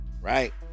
right